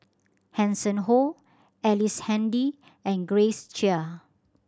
Hanson Ho Ellice Handy and Grace Chia